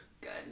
good